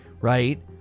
right